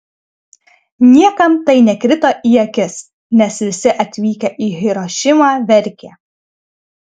niekam tai nekrito į akis nes visi atvykę į hirošimą verkė